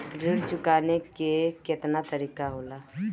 ऋण चुकाने के केतना तरीका होला?